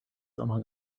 among